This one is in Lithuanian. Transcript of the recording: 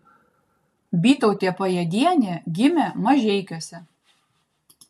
bytautė pajėdienė gimė mažeikiuose